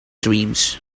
dreams